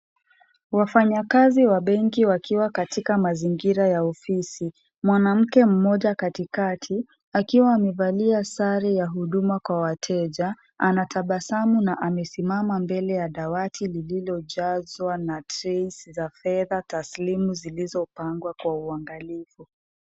Wafanyakazi wa benki wakiwa katika mazingira ya ofisi, mwanamke mmoja katikati akiwa amevalia sare ya huduma kwa wateja anatabasamu na amesimama mbele ya dawati lililojazwa na trays za fedha taslimu zilizopangwa kwa uangalifu.